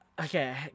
Okay